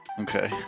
Okay